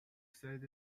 said